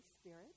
Spirit